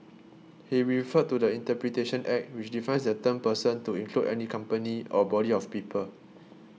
he referred to the Interpretation Act which defines the term person to include any company or body of people